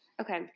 Okay